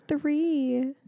three